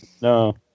No